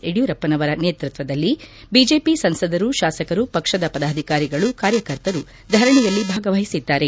ಯಡಿಯೂರಪ್ಪನವರ ನೇತೃತ್ವದಲ್ಲಿ ಬಿಜೆಪಿ ಸಂಸದರು ಶಾಸಕರು ಪಕ್ಷದ ಪದಾಧಿಕಾರಿಗಳು ಕಾರ್ಯಕರ್ತರು ಧರಣಿಯಲ್ಲಿ ಭಾಗವಹಿಸಿದ್ದಾರೆ